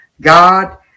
God